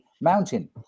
mountain